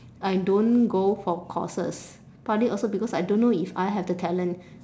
I don't go for courses partly also because I don't know if I have the talent